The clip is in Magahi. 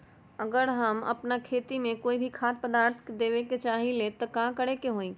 अगर हम अपना खेती में कोइ खाद्य पदार्थ देबे के चाही त वो ला का करे के होई?